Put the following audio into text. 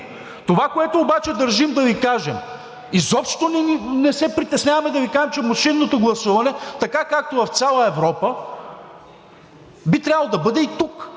Това, което обаче държим да Ви кажем, изобщо не се притесняваме да Ви кажем, че машинното гласуване, така, както в цяла Европа, би трябвало да бъде и тук.